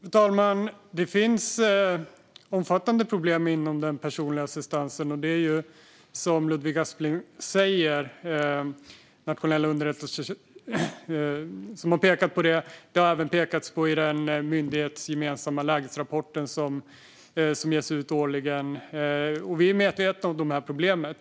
Fru talman! Det finns omfattande problem inom den personliga assistansen. Och det är, som Ludvig Aspling säger, Nationellt underrättelsecentrum som har pekat på det. Det har även pekats på detta i den myndighetsgemensamma lägesrapport som ges ut årligen. Vi är medvetna om dessa problem.